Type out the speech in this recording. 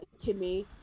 Kimmy